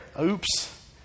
Oops